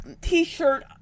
t-shirt